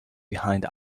behind